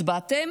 הצבעתם,